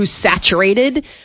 saturated